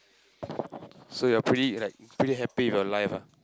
so you are pretty like pretty happy with your life ah